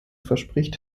verspricht